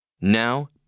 Now